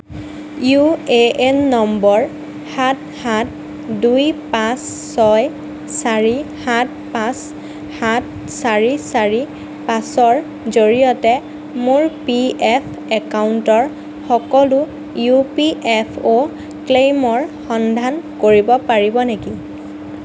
U A N নম্বৰ সাত সাত দুই পাঁচ ছয় চাৰি সাত পাঁচ সাত চাৰি চাৰি পাঁচৰ জৰিয়তে মোৰ পি এফ একাউণ্টৰ সকলো ই পি এফ অ' ক্লেইমৰ সন্ধান কৰিব পাৰিব নেকি